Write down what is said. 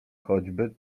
choćby